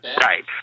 Right